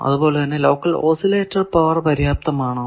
അതുപോലെ local oscillator power പര്യാപ്തമാണോ